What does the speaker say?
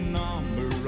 number